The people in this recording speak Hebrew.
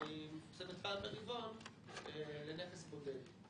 שהיא מפורסמת פעם ברבעון לנכס בודד.